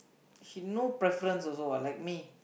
she no preference also what like me